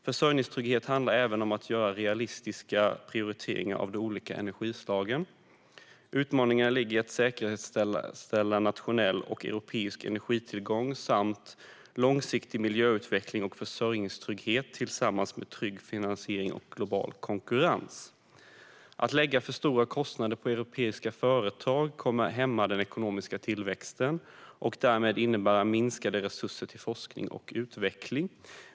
Försörjningstrygghet handlar även om att göra realistiska prioriteringar av de olika energislagen. Utmaningarna ligger i att säkerställa nationell och europeisk energitillgång samt långsiktig miljöutveckling och försörjningstrygghet tillsammans med trygg finansiering och global konkurrens. Att lägga för stora kostnader på europeiska företag kommer att hämma den ekonomiska tillväxten och därmed innebära minskade resurser till forskning och utveckling.